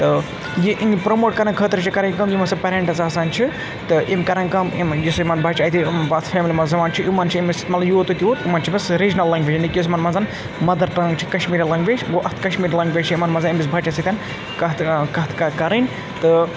تہٕ یہِ اِنٛگلہِ پرٛموٹ کَرنہٕ خٲطرٕ چھِ کَرٕنۍ کٲم یِم ہَسا پیرٮ۪نٛٹٕس آسان چھِ تہٕ یِم کَران کٲم یِم یُس یِمَن بَچہِ اَتہِ اَتھ فیملی منٛز زٮ۪وان چھِ یِمَن چھِ أمِس مطلب یوٗت بہٕ تیوٗت یِمَن چھِ أمِس رِیٖجنَل لنٛگویج یعنی کہِ یِمَن منٛز مَدَر ٹَنٛگ چھِ کَشمیٖری لنٛگویج گوٚو اَتھ کَشمیٖر لنٛگویج چھِ یِمَن مَنٛز أمِس بَچَس سۭتۍ کَتھ کَتھ کہ کَرٕنۍ تہٕ